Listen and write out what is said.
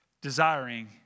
desiring